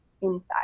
inside